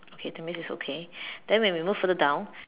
okay that means it's okay then we move further down